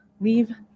Leave